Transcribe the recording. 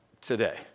Today